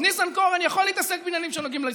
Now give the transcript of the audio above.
אז ניסנקורן יכול להתעסק בעניינים שנוגעים להסתדרות,